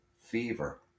fever